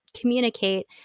communicate